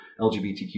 LGBTQ